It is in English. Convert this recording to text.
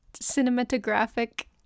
Cinematographic